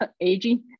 aging